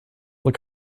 look